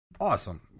Awesome